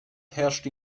herrschte